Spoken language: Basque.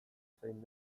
zein